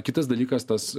kitas dalykas tas